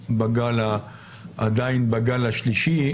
עדיין בגל השלישי,